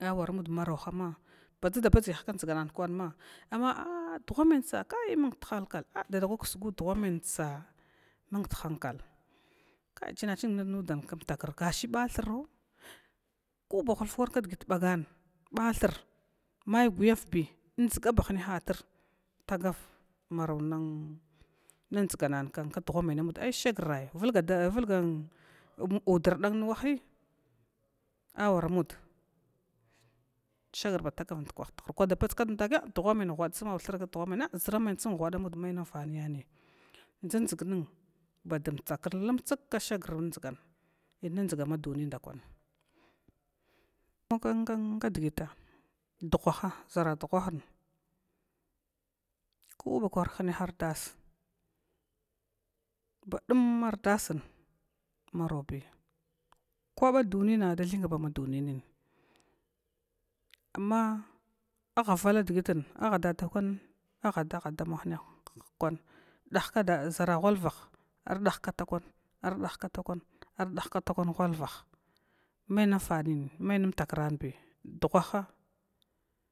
awara mud marauhama badʒada badʒgi ha kwan kdʒgananma, amma a a duga man tsa a kai mgdhnkal dadakwa ksgu dugha man tsa a mgdhnkal ka, chnna ching nudan kmtakrr bathurau koba hufakwa kdgitbagana ba thur may guyavbi dʒgaba hinahatir tagav maray nn dʒganan kdghva mana mud, shagarai vulga udr dan nuhin awara mud shagr ba tagav ndukwah thrkwada tagar takiya dugh mantsa ha ʒamantsa hwada mud man namfaniyeni dʒandʒg nn badmtakr imtsak sharn in ndʒga ma dunin makwan kdgita dughwaha ʒara dughahnako bakwa khnan ar dasa, badum mardasna marobi kwaba dunina da thinga bama duniyin. Amma aha vala dgltna aha da takwa adama hinahakwa dahkada ʒara ghalvah ar dah takwanar dahta kwan ghulvah may manfani mai nmtakrabi dugha.